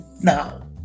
now